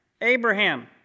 Abraham